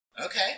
Okay